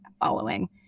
following